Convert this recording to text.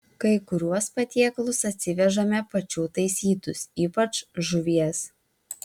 kai kuriuos patiekalus atsivežame pačių taisytus ypač žuvies